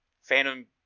Phantom